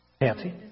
Nancy